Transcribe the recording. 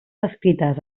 escrites